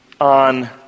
on